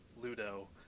Ludo